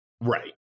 Right